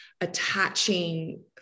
attaching